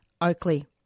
Oakley